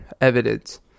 evidence